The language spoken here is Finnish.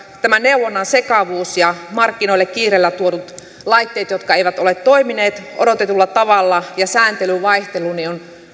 neuvonnan sekavuus ja markkinoille kiireellä tuodut laitteet jotka eivät ole toimineet odotetulla tavalla ja sääntelyn vaihtelu ovat